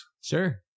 Sure